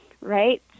right